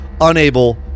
unable